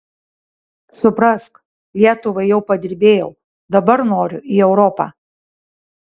suprask lietuvai jau padirbėjau dabar noriu į europą